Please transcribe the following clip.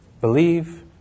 believe